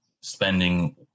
spending